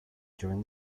during